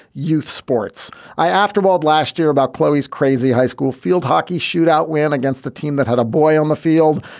youth sports i afterworld last year about chloe's crazy high school field hockey shootout win against the team that had a boy on the field.